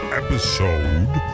episode